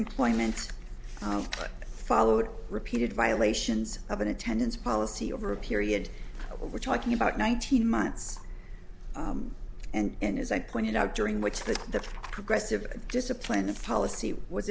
employments followed repeated violations of an attendance policy over a period we're talking about nineteen months and as i pointed out during which the progressive discipline of policy was